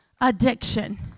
addiction